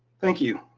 thank you.